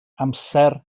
amser